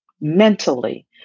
mentally